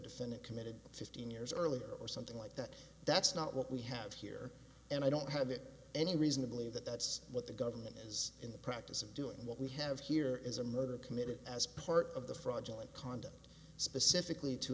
defendant committed fifteen years earlier or something like that that's not what we have here and i don't have that any reason to believe that that's what the government is in the practice of doing what we have here is a murder committed as part of the fraudulent conduct specifically to